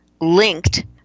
Linked